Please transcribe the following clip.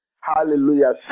Hallelujah